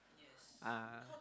ah